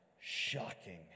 shocking